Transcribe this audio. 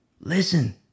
Listen